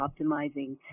optimizing